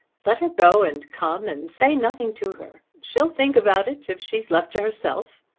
let her go and come and say nothing to her. she'll think about it, if she's left to herself.